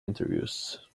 interviews